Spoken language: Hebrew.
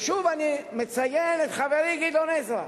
ושוב אני מציין את חברי גדעון עזרא,